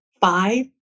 five